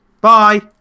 bye